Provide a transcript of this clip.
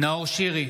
נאור שירי,